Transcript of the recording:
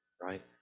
right